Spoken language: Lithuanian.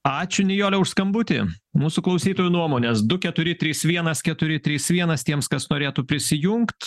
ačiū nijole už skambutį mūsų klausytojų nuomonės du keturi trys vienas keturi trys vienas tiems kas norėtų prisijungt